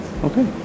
Okay